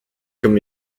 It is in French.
comme